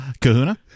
Kahuna